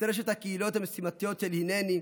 את רשת הקהילות המשימתיות של הנני,